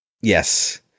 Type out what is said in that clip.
yes